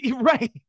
right